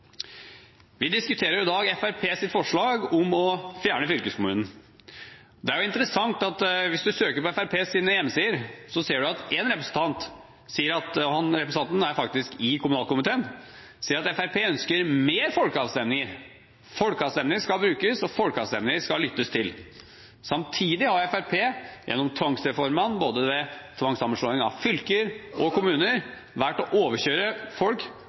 Vi diskuterer i dag Fremskrittspartiets forslag om å fjerne fylkeskommunen. Det er interessant at hvis man søker på Fremskrittspartiets hjemmesider, ser man at en representant – representanten er faktisk i kommunalkomiteen – sier at Fremskrittspartiet ønsker flere folkeavstemninger, at folkeavstemninger skal brukes, og folkeavstemninger skal lyttes til. Samtidig har Fremskrittspartiet gjennom tvangsreformene, både ved tvangssammenslåingen av fylker og av kommuner, valgt en kraftig overkjøring av folk.